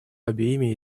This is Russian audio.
обеими